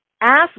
Ask